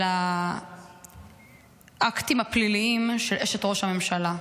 על האקטים הפליליים של אשת ראש הממשלה.